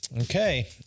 okay